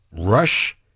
Rush